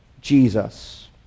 Jesus